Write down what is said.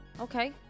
Okay